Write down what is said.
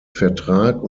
vertrag